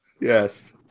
Yes